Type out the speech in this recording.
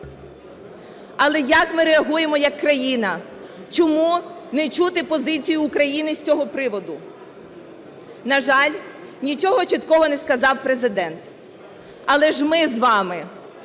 Але як ми реагуємо як країна? Чому не чути позицію України з цього приводу? На жаль, нічого чіткого не сказав Президент. Але ж ми з вами